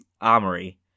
armory